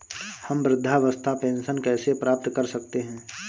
हम वृद्धावस्था पेंशन कैसे प्राप्त कर सकते हैं?